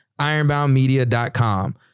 ironboundmedia.com